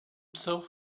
thought